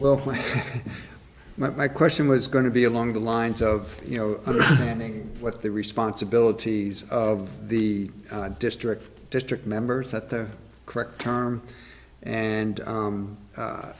well my question was going to be along the lines of you know what the responsibilities of the district district members at the correct term and